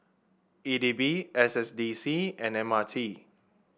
E D B S S D C and M R T